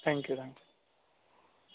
thank you thank you